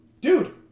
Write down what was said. Dude